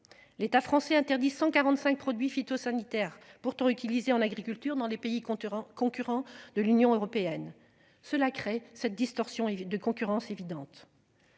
L'État français interdit 145 produits phytosanitaires pourtant utilisé en agriculture dans les pays concurrents, concurrent de l'Union européenne. Cela crée cette distorsion de concurrence évidente.